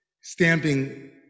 stamping